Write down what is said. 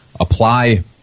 apply